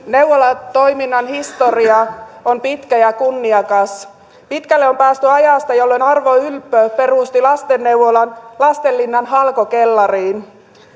neuvolatoiminnan historia on pitkä ja kunniakas pitkälle on päästy ajasta jolloin arvo ylppö perusti lastenneuvolan lastenlinnan halkokellariin